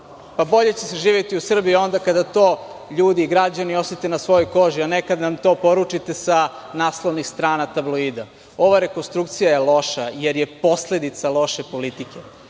Bolje će se živeti u Srbiji onda kada to ljudi i građani osete na svojoj koži, a ne kada nam to poručite sa naslovnih strana tabloida. Ova rekonstrukcija je loša jer je posledica loše politike.